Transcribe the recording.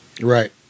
Right